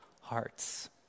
hearts